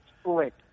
split